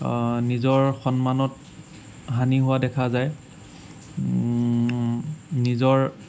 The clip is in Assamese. নিজৰ সন্মানত হানি হোৱা দেখা যায় নিজৰ